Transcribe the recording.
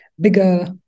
bigger